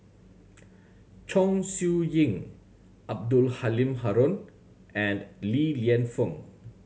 Chong Siew Ying Abdul Halim Haron and Li Lienfung